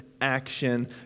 action